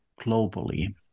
globally